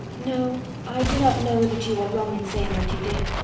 no i do not know that you were wrong in saying what you did.